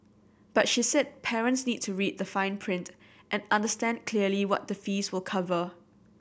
but she said parents need to read the fine print and understand clearly what the fees will cover